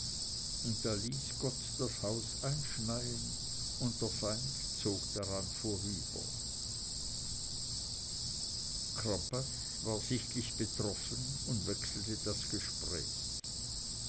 und da ließ gott das haus einschneien und der feind zog daran vorüber crampas war sichtlich betroffen und wechselte das gespräch